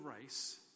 race